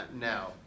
now